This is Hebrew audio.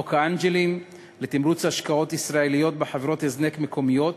"חוק האנג'לים" לתמרוץ השקעות ישראליות בחברות הזנק מקומיות,